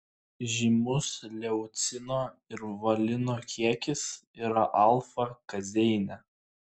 žymus leucino ir valino kiekis yra alfa kazeine